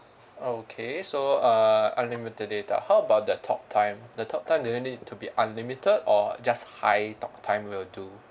okay so err unlimited data how about the talk time the talk time do you need to be unlimited or just high talk time will do